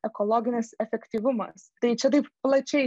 ekologinis efektyvumas tai čia taip plačiai